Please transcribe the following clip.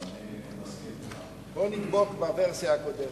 בוא נדבק בוורסיה הקודמת.